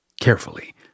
Carefully